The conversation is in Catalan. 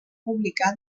publicar